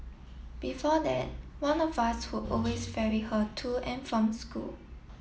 before that one of us who always ferry her to and from school